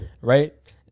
Right